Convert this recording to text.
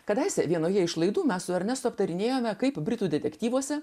kadaise vienoje iš laidų mes su ernestu aptarinėjome kaip britų detektyvuose